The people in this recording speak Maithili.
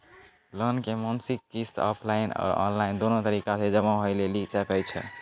लोन के मासिक किस्त ऑफलाइन और ऑनलाइन दोनो तरीका से जमा होय लेली सकै छै?